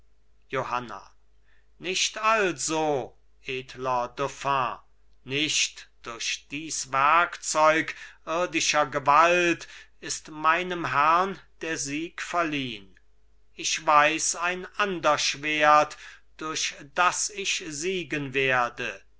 johanna nicht also edler dauphin nicht durch dies werkzeug irdischer gewalt ist meinem herrn der sieg verliehn ich weiß ein ander schwert durch das ich siegen werde